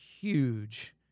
huge